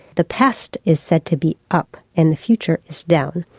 the past is said to be up and the future is down.